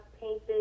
painted